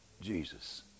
Jesus